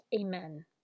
Amen